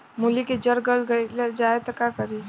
मूली के जर गल जाए त का करी?